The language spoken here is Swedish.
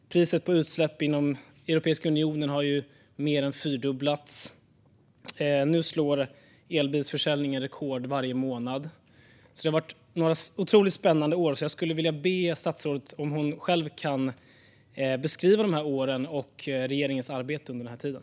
Priset på utsläpp inom Europeiska unionen har mer än fyrdubblats. Elbilsförsäljningen slår nu rekord varje månad. Det har varit några otroligt spännande år. Jag skulle vilja be statsrådet att själv beskriva de här åren och regeringens arbete under den här tiden.